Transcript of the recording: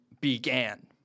began